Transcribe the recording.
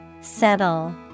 Settle